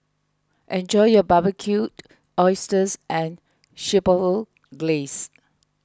enjoy your Barbecued Oysters and Chipotle Glaze